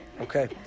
Okay